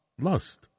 lust